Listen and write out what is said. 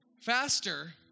faster